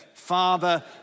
Father